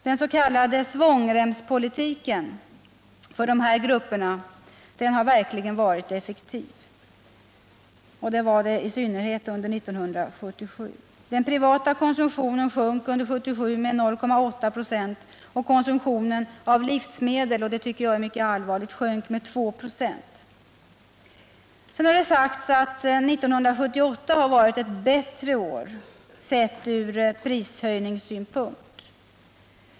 Den s.k. svångremspolitiken för dessa grupper har verkligen varit effektiv, och den var det i synnerhet under 1977. Den privata konsumtionen sjönk under 1977 med 0,8 26, och konsumtionen av livsmedel — det tycker jag är mycket allvarligt — sjönk med 2 96. Det har sagts att 1978 har varit ett bättre år sett ur prishöjningssynpunkt.